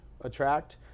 attract